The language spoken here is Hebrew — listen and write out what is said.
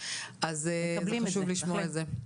אז חשוב לשמוע את זה.